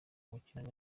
umukino